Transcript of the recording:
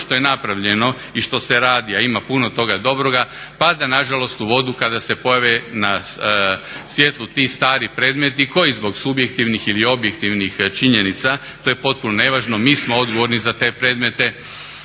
što je napravljeno i što se radi, a ima puno toga dobroga pada na žalost u vodu kada se pojave na svjetlu ti stari predmeti koji zbog subjektivnih ili objektivnih činjenica to je potpuno nevažno mi smo odgovorni za te predmete